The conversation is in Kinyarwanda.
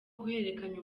guhererekanya